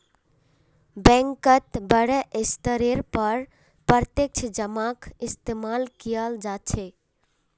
बैंकत बडे स्तरेर पर प्रत्यक्ष जमाक इस्तेमाल कियाल जा छे